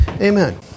Amen